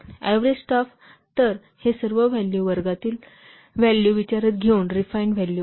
आता average staff तर हे सर्व व्हॅल्यू वर्गातील व्हॅल्यू विचारात घेऊन रिफाइन व्हॅल्यू आहेत